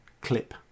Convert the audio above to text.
clip